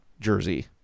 jersey